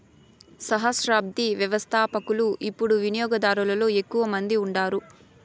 సహస్రాబ్ది వ్యవస్థపకులు యిపుడు వినియోగదారులలో ఎక్కువ మంది ఉండారు